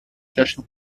جشن